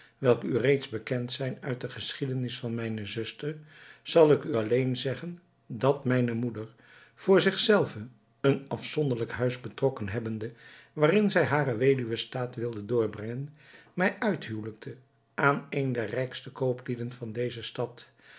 welke u reeds bekend zijn uit de geschiedenis van mijne zuster zal ik u alleen zeggen dat mijne moeder voor zich zelve een afzonderlijk huis betrokken hebbende waarin zij haren weduwenstaat wilde doorbrengen mij uithuwelijkte aan een der rijkste kooplieden van deze stad